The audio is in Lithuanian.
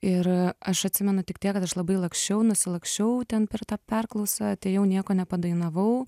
ir aš atsimenu tik tiek kad aš labai laksčiau nusilaksčiau ten per tą perklausą atėjau nieko nepadainavau